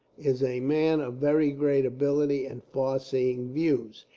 is a man of very great ability, and far-seeing views.